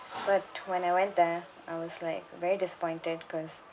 but when I went there I was like very disappointed cause